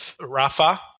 Rafa